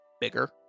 bigger